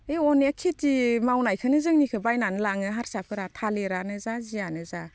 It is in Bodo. बे अनेक खेथि मावनायखौनो जोंनिखौ बायनानै लाङो हारसाफोरा थालिरआनौ जा जियानोजा